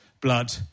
blood